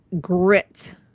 grit